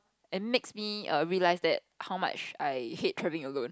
and makes me err realize that how much I hate traveling alone